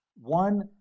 one